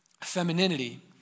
femininity